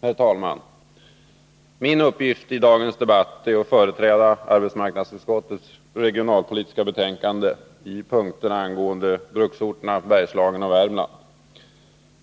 Herr talman! Min uppgift i dagens debatt är att företräda arbetsmarknadsutskottets regionalpolitiska betänkande i punkterna angående bruksorterna i Bergslagen och Värmland.